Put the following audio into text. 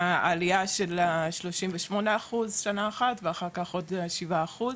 עלייה של 38 אחוזים שנה אחת ואחר כך עוד שבעה אחוז.